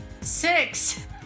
Six